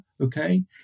Okay